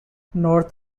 north